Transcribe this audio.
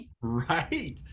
Right